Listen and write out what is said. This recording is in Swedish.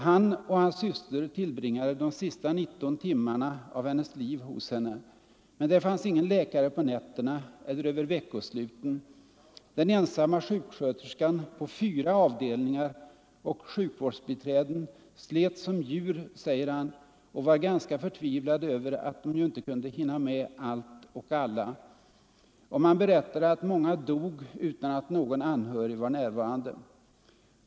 Han och hans syster tillbringade de sista 19 timmarna av hennes liv hos henne. Men där fanns ingen läkare på nätterna eller över veckosluten. ”Den ensamma sjuksköterskan på fyra avdelningar och sjukvårdsbiträden slet som djur”, säger han, ”och var ganska förtvivlade över att de ju inte kunde hinna med allt och alla.” Och man berättade att många dog utan att någon anhörig var närvarande.